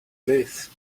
live